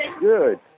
Good